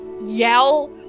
yell